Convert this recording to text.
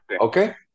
Okay